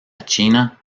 china